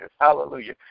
Hallelujah